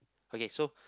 okay so